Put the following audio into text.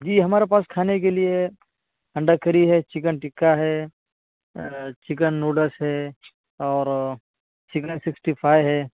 جی ہمارے پاس کھانے کے لیے انڈہ کری ہے چکن ٹکہ ہے چکن نوڈلس ہے اور چکن ففٹی فائی ہے